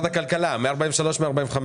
אלי רגב, מנהל מינהל חירום.